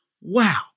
Wow